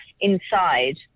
inside